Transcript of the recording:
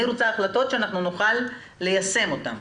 אני רוצה החלטות שאנחנו נוכל ליישם אותן.